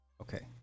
Okay